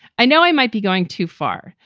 i know i might be going too far,